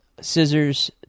scissors